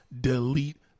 delete